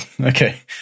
Okay